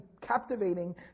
captivating